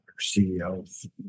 CEO